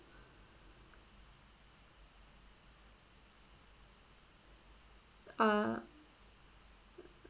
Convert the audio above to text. uh